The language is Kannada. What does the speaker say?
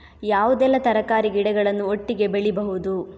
ಯಾವುದೆಲ್ಲ ತರಕಾರಿ ಗಿಡಗಳನ್ನು ಒಟ್ಟಿಗೆ ಬೆಳಿಬಹುದು?